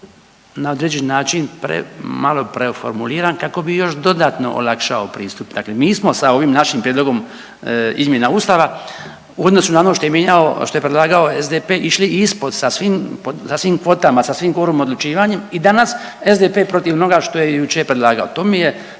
na određeni način pre, malo preformuliran kako bi još dodatno olakšao pristup, dakle mi smo sa ovim našim prijedlogom izmjena Ustava u odnosu na ono što je mijenjao, što je predlagao SDP išli ispod sa svim, sa svim kvotama, sa svim .../Govornik se ne razumije./... odlučivanjem i danas SDP protiv onoga što je jučer predlagao. To mi je